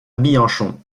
bianchon